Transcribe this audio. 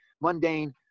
mundane